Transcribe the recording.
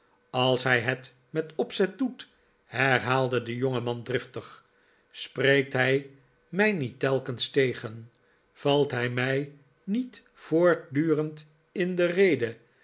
als hij het met opzet doet herhaalde de jongeman driftig spreekt hij mij niet telkens tegen valt hij mij niet voortdurend in de rede